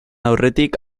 aurretik